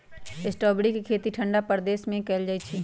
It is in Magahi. स्ट्रॉबेरी के खेती ठंडा प्रदेश में कएल जाइ छइ